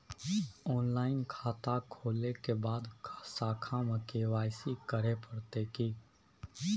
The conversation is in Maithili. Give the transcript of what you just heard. ऑनलाइन खाता खोलै के बाद शाखा में के.वाई.सी करे परतै की?